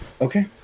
Okay